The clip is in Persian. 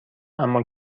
اما